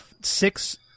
six